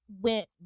went